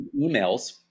emails